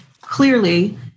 clearly